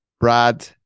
Brad